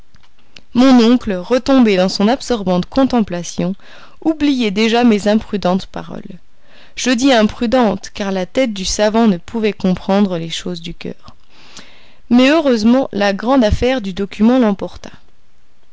mon oncle retombé dans son absorbante contemplation oubliait déjà mes imprudentes paroles je dis imprudentes car la tête du savant ne pouvait comprendre les choses du coeur mais heureusement la grande affaire du document l'emporta